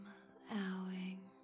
allowing